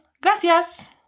Gracias